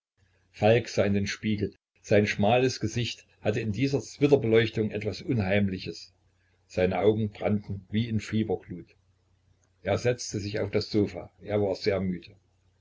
falk sah in den spiegel sein schmales gesicht hatte in dieser zwitterbeleuchtung etwas unheimliches seine augen brannten wie in fieberglut er setzte sich auf das sofa er war sehr müde